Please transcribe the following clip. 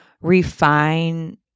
refine